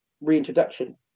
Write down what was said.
reintroduction